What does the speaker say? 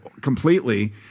completely